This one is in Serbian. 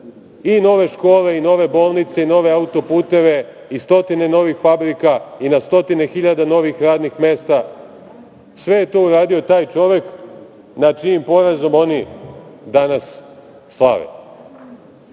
i nove škole, i nove bolnice, i nove autoputeve, i stotine novih fabrika, i na stotine hiljada novih radnih mesta, sve je to uradio taj čovek nad čijim porazom oni danas slave. Nisam